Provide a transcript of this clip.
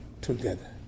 together